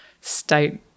state